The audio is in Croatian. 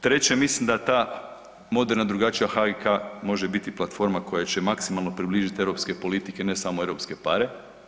Treće, mislim da ta moderna drugačija HGK može biti platforma koja će maksimalno približiti europske politike ne samo europske pare.